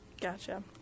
Gotcha